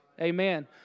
Amen